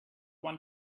one